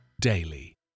daily